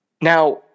now